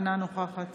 אינה נוכחת